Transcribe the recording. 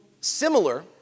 similar